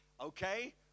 Okay